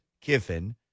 Kiffin